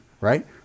Right